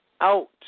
out